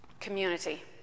community